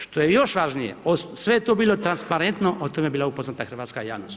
Što je još važnije, sve je to bilo transparentno, o tome je bila upoznata hrvatska javnost.